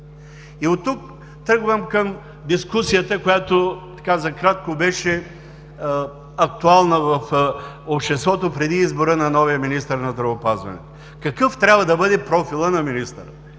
Оттук тръгвам към дискусията, която за кратко беше актуална в обществото преди избора на новия министър на здравеопазването: какъв трябва да бъде профилът на министъра